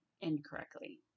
incorrectly